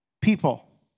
people